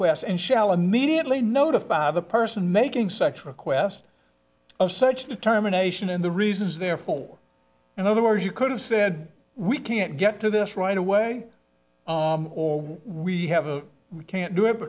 requests and shall immediately notify the person making such request of such determination in the reasons therefore in other words you could have said we can't get to this right away or we have a we can't do it